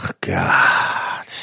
God